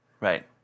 right